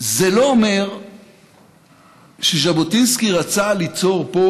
זה לא אומר שז'בוטינסקי רצה ליצור פה